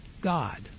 God